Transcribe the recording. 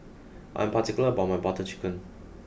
I'm particular about my Butter Chicken